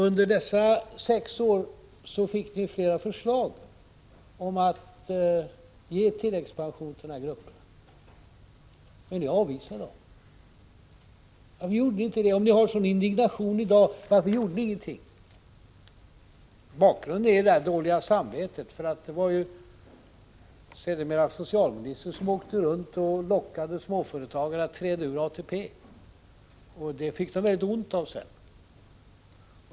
Under dessa sex år fick ni flera förslag om att ge tilläggspension till dessa grupper, men ni avvisade dem. Varför gjorde ni det, om ni känner sådan indignation i dag? Varför gjorde ni ingenting då? Bakgrunden är det dåliga samvetet. Det var ju sedermera socialministern som åkte runt och lockade småföretagare att träda ur ATP-systemet, och det fick de väldigt ont av sedan.